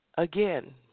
Again